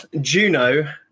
Juno